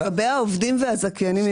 לגבי העובדים והזכיינים,